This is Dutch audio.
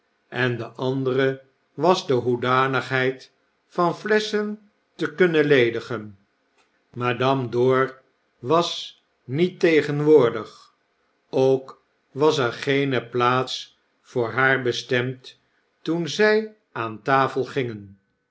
en de andere was de hoedanigheid van flesschen te kunnen ledigen madame dor was niet tegenwoordig ook was er geene plaats voor haar bestemd toen zy aan tafel gingen